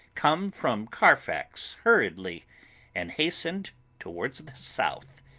come from carfax hurriedly and hastened towards the south.